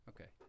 Okay